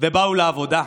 ובאו לעבודה.